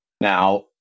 Now